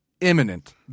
imminent